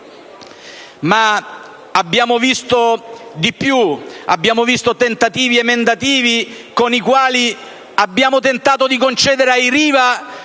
Ma abbiamo visto di più: abbiamo visto tentativi emendativi con i quali abbiamo tentato di concedere ai Riva